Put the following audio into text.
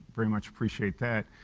very much appreciate that,